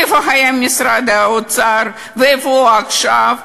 איפה היה משרד האוצר ואיפה הוא עכשיו?